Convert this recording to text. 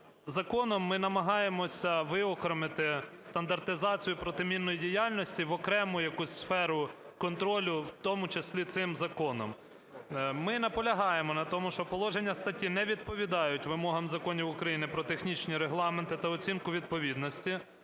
законом ми намагаємося виокремити стандартизацію протимінної діяльності в окрему якусь сферу контролю, в тому числі цим законом. Ми наполягаємо на тому, що положення статті не відповідають вимогам законів України "Про технічні регламенти та оцінку відповідності"